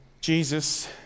Jesus